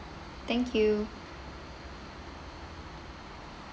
thank you